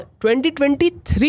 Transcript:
2023